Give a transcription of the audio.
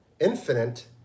infinite